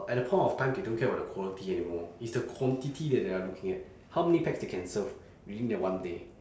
at the point of time they don't care about the quality anymore it's the quantity that they're looking at how many pax they can serve within that one day